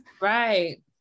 Right